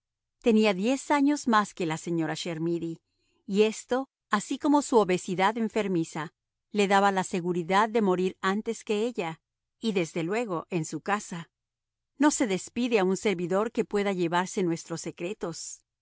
tenía diez años más que la señora chermidy y esto así como su obesidad enfermiza le daba la seguridad de morir antes que ella y desde luego en su casa no se despide a un servidor que pueda llevarse nuestros secretos